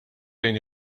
lejn